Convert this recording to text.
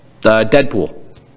deadpool